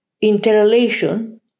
interrelation